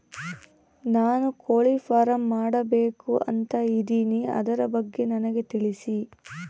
ನಾನು ಕೋಳಿ ಫಾರಂ ಮಾಡಬೇಕು ಅಂತ ಇದಿನಿ ಅದರ ಬಗ್ಗೆ ನನಗೆ ತಿಳಿಸಿ?